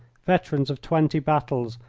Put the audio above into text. veterans of twenty battles,